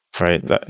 right